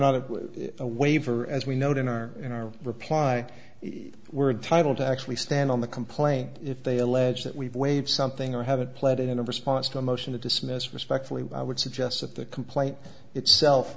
not it was a waiver as we know it in our in our reply we're title to actually stand on the complaint if they allege that we've waived something or have it played in a response to a motion to dismiss respectfully i would suggest that the complaint itself